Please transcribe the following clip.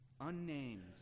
Unnamed